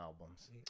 albums